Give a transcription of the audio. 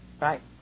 right